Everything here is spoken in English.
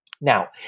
Now